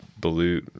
balut